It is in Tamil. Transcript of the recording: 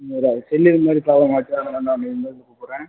செல்லு இதுமாதிரி ப்ராப்ளம் ஆச்சா அதாண்டா தம்பி இதுலேருந்து கூப்புடுறேன்